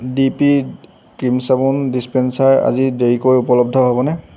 D P cream চাবোন dispenser আজি দেৰিকৈ উপলব্ধ হ'বনে